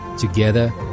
Together